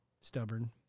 stubborn